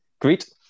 great